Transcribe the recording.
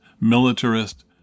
militarist